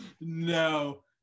no